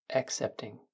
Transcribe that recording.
accepting